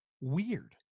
Weird